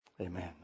Amen